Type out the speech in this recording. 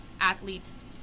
athletes